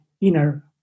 inner